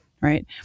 right